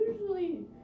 usually